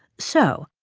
so,